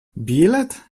bilet